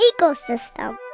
ecosystem